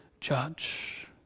judge